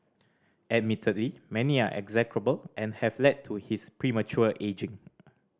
admittedly many are execrable and have led to his premature ageing